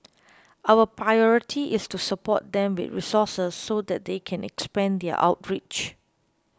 our priority is to support them with resources so that they can expand their outreach